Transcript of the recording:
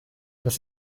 das